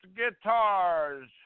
Guitars